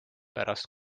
pärast